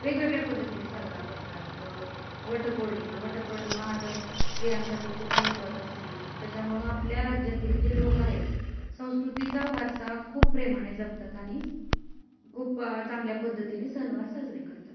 वेगवेगळ्या पद्धतीने साजरा करतात वटपौर्णिमा वटपौर्णिमा हा तर स्त्रियांसाठी खूप महत्त्वाचा सण आहे त्याच्यामुळं आपल्या राज्यातील जे लोक आहेत संस्कृतीचा वारसा खूप प्रेमाने जपतात आणि खूप चांगल्या पद्धतीने सणवार साजरे करतात